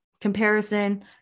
comparison